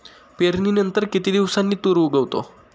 पेरणीनंतर किती दिवसांनी तूर उगवतो?